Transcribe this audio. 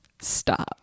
Stop